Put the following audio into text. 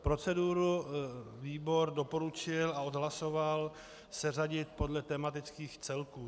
Proceduru výbor doporučil a odhlasoval seřadit podle tematických celků.